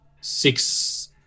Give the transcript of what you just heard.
six